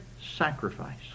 sacrifice